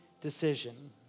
decision